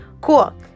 Cool